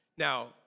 Now